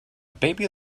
baby